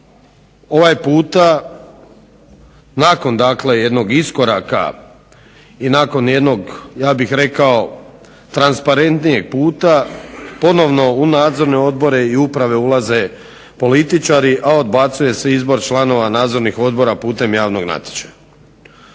ovaj puta nakon dakle jednog iskoraka i nakon jednog ja bih rekao transparentnijeg puta ponovno u nadzorne odbore i u uprave ulaze političari, a odbacuje se izbor članova nadzornih odbora putem javnog natječaja.